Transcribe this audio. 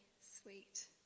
sweet